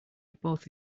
both